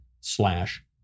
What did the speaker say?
slash